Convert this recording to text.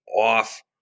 off